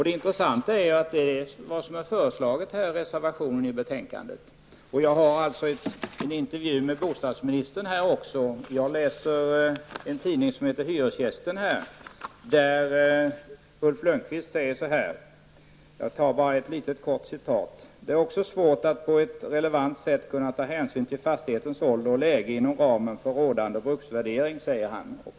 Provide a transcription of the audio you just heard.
Det intressanta är vad som föreslås i reservationen i betänkandet. I tidningen Hyresgästen, säger bostadsminister Ulf Lönnqvist följande: ''Det är också svårt att på ett relevant sätt kunna ta hänsyn till fastighetens ålder och läge inom ramen för rådande bruksvärdering''.